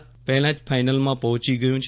ભારત પહેલા જ ફાઈનલમાં પહોચી ગયું છે